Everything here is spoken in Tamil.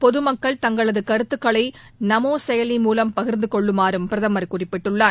பொகுமக்கள் தங்களதுகருத்துக்களைநமோசெயலி பகிர்ந்தகொள்ளுமாறும் மூலம் பிரதமர் குறிப்பிட்டுள்ளார்